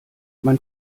man